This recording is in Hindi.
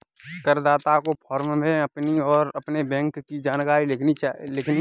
करदाता को फॉर्म में अपनी और अपने बैंक की जानकारी लिखनी है